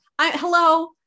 hello